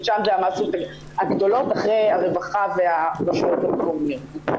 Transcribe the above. כי שם זה המסות הגדולות אחרי הרווחה והרשויות המקומיות.